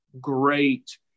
great